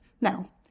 Now